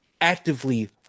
Actively